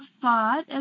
thought